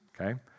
okay